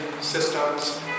systems